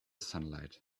sunlight